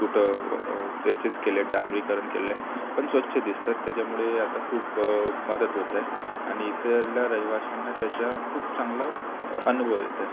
कुठं याचेच केलं आहे डांबरीकरण केलं आहे पण स्वच्छ दिसतात त्याच्यामुळे आता खूप मदत होत आहे आणि इथल्या रहिवाशांना त्याचा खूप चांगला अनुभव येत आहे